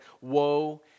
woe